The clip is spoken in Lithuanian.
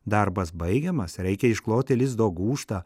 darbas baigiamas reikia iškloti lizdo gūžtą